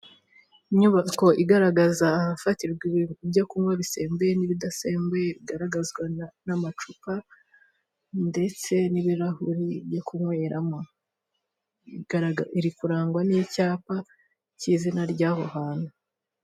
Inyubako igaragaza ahafatirwa ibyo kunywa bisembuye n'ibidasembuye igaragazwa n' amacupa ndetse n' ibirahure byo kunyweramo, iri kurangwa n' icyapa cy' izina ry' aho hantu.